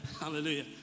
Hallelujah